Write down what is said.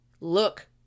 look